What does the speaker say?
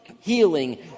healing